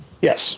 Yes